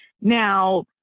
Now